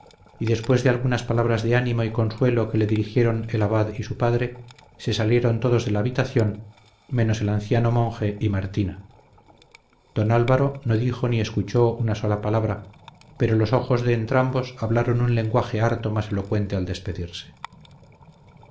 y después de algunas palabras de ánimo y consuelo que le dirigieron el abad y su padre se salieron todos de la habitación menos el anciano monje y martina don álvaro no dijo ni escuchó una sola palabra pero los ojos de entrambos hablaron un lenguaje harto más elocuente al despedirse